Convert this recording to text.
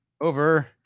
over